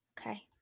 Okay